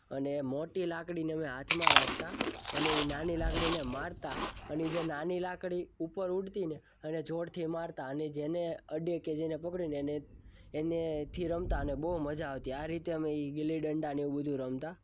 અને મોટી લાકડીને અમે હાથમાં રાખતા અને એ નાની લાકડીને મારતા અને એ જે નાની લાકડી ઉપર ઊડતીને અને જોરથી મારતા અને જેને અડે કે જેને પકડ્યુંને એને એને થી રમતા અને બઉ મજા આવતી આ રીતે અમે એ ગીલી ડંડાને એવું બધુ રમતા